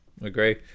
agree